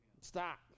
Stop